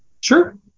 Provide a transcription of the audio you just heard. Sure